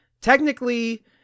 technically